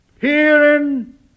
herein